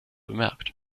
bemerkt